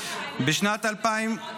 מה קרה,